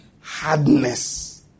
Hardness